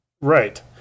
Right